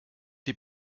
die